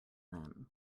then